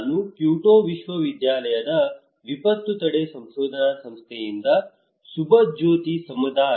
ನಾನು ಕ್ಯೋಟೋ ವಿಶ್ವವಿದ್ಯಾಲಯದ ವಿಪತ್ತು ತಡೆ ಸಂಶೋಧನಾ ಸಂಸ್ಥೆಯಿಂದ ಸುಭಜ್ಯೋತಿ ಸಮದ್ದಾರ್